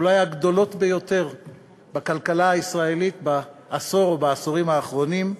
אולי הגדולות ביותר בכלכלה הישראלית בעשור או בעשורים האחרונים: